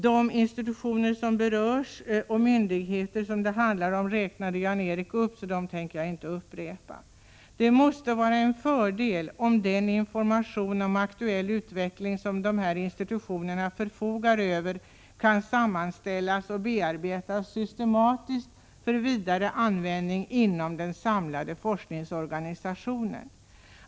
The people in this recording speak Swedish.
De institutioner och myndigheter som berörs räknade Jan-Erik Wikström upp, och jag tänker inte upprepa dem. Det måste vara en fördel om den information om aktuell utveckling som dessa institutioner förfogar över kan sammanställas och bearbetas systematiskt för vidare användning inom den samlade forskningsorganisationen.